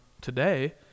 today